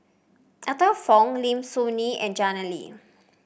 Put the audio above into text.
Arthur Fong Lim Soo Ngee and Jannie Tay